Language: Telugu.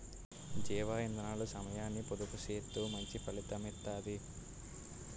జీవ ఇందనాలు సమయాన్ని పొదుపు సేత్తూ మంచి ఫలితం ఇత్తది